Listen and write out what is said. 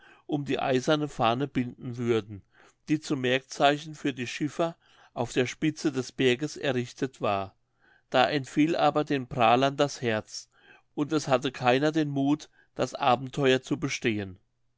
um die eiserne fahne binden würden die zum merkzeichen für die schiffer auf der spitze des berges errichtet war da entfiel aber den prahlern das herz und es hatte keiner den muth das abenteuer zu bestehen